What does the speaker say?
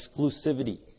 exclusivity